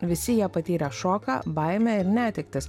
visi jie patyrė šoką baimę ir netektis